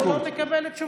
הוא לא מקבל תשובות.